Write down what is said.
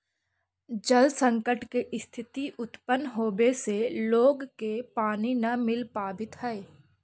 जल संकट के स्थिति उत्पन्न होवे से लोग के पानी न मिल पावित हई